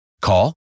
Call